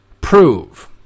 prove